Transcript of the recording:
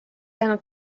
jäänud